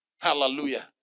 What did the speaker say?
Hallelujah